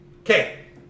Okay